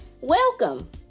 welcome